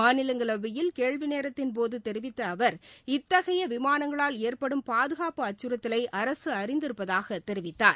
மாநிலங்களவையில் கேள்வி நேரத்தின்போது தெரிவித்த அவர் இத்தகைய விமானங்களால் ஏற்படும் பாதுகாப்பு அச்சுறுத்தலை அரசு அறிந்து இருப்பதாக தெரிவித்தார்